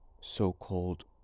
so-called